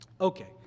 Okay